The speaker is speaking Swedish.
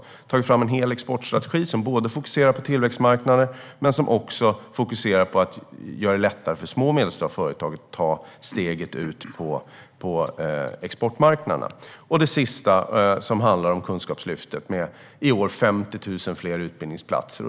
Vi har tagit fram en hel exportstrategi som fokuserar på tillväxtmarknader men också på att göra det lättare för små och medelstora företag att ta steget ut på exportmarknaderna. Det sista handlar om Kunskapslyftet, med i år 50 000 fler utbildningsplatser.